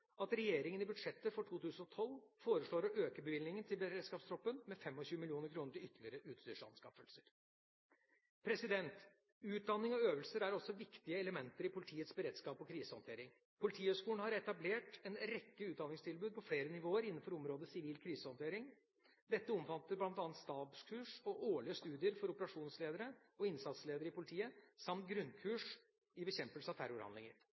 at regjeringa i budsjettet for 2012 foreslår å øke bevilgningen til beredskapstroppen med 25 mill. kr til ytterligere utstyrsanskaffelser. Utdanning og øvelser er også viktige elementer i politiets beredskap og krisehåndtering. Politihøgskolen har etablert en rekke utdanningstilbud på flere nivåer innenfor området sivil krisehåndtering. Dette omfatter bl.a. stabskurs og årlige studier for operasjonsledere og innsatsledere i politiet samt grunnkurs i bekjempelse av